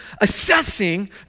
assessing